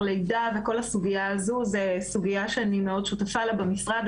לידה וכל הסוגיה הזו - זו סוגיה שאני מאוד שותפה לה במשרד,